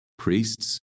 priests